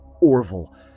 Orville